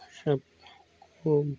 और सब लोगों को